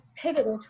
pivoted